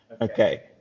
Okay